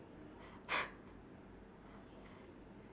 <S<